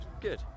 Good